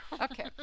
Okay